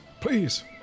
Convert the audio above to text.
please